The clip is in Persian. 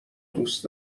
دوست